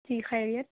جی خیریت